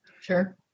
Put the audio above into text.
Sure